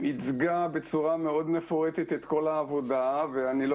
ייצגה בצורה מאוד מפורטת את כל העבודה ואני לא